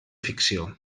ficció